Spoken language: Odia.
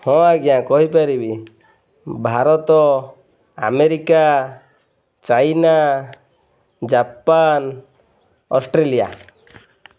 ହଁ ଆଜ୍ଞା କହିପାରିବି Bharat America China Japan Australia